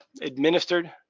administered